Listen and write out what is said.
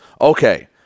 Okay